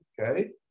okay